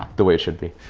the way it should be